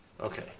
okay